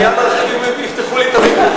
אני ארחיב אם יפתחו לי את המיקרופון.